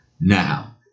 Now